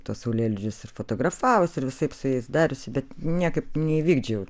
tuos saulėlydžius ir fotografavusi ir visaip su jais dariusi bet niekaip neįvykdžiau